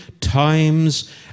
times